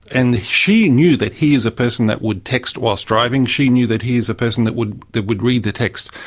and she knew that he is a person that would text whilst driving, she knew that he is a person that would that would read the text.